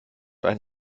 einen